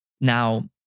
Now